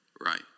Right